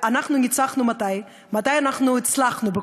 מתי אנחנו ניצחנו?